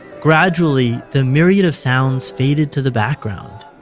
gradually, the myriad of sounds faded to the background,